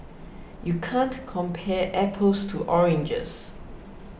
you can't compare apples to oranges